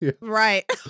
Right